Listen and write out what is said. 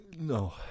no